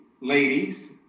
ladies